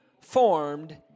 formed